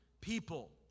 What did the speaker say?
people